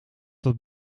dat